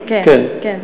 כן.